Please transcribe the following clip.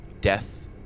death